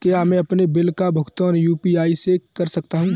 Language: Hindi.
क्या मैं अपने बिल का भुगतान यू.पी.आई से कर सकता हूँ?